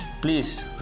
Please